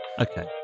Okay